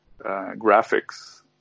graphics